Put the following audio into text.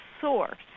source